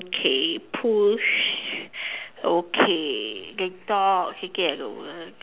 okay push okay they talk